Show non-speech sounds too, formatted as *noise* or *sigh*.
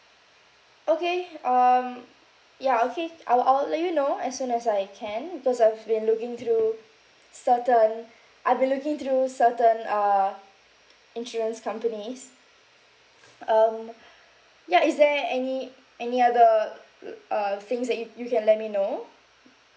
okay um ya okay I'll I will let you know as soon as I can because I've been looking through certain I've been looking through certain uh insurance companies um ya is there any any other *noise* uh things that you you can let me know